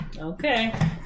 Okay